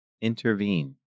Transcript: intervene